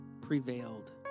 prevailed